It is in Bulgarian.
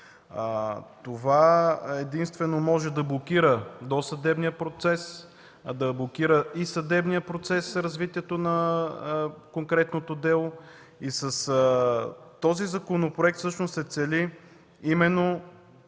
Това единствено може да блокира досъдебния процес и съдебния процес – развитието на конкретното дело. С този законопроект всъщност се цели именно